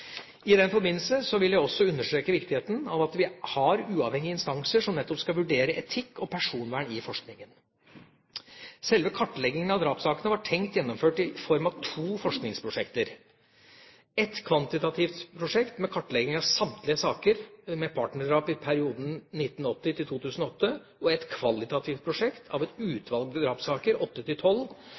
I den forbindelse vil jeg også understreke viktigheten av at vi har uavhengige instanser, som nettopp skal vurdere etikk og personvern i forskningen. Selve kartleggingen av drapssakene var tenkt gjennomført i form av to forskningsprosjekter – et kvantitativt prosjekt med kartlegging av samtlige saker med partnerdrap i perioden 1980–2008 og et kvalitativt prosjekt av et utvalg drapssaker – åtte til tolv